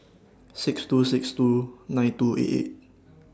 six two six two nine two eight eight